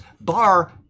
bar